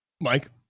Mike